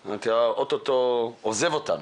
אתה או-טו-טו עוזב את הדיון.